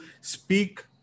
speak